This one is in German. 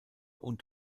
und